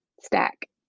stack